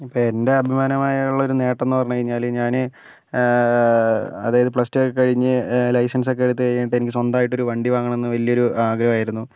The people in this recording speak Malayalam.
ഇപ്പോൾ എന്റെ അഭിമാനമായുള്ള ഒരു നേട്ടം എന്ന് പറഞ്ഞു കഴിഞ്ഞാൽ ഞാൻ അതായത് പ്ലസ്ടു ഒക്കെ കഴിഞ്ഞ് ലൈസൻസ് ഒക്കെ എടുത്തു കഴിഞ്ഞിട്ട് എനിക്ക് സ്വന്തമായിട്ടൊരു വണ്ടി വാങ്ങണം എന്ന് വലിയൊരു ആഗ്രഹമായിരുന്നു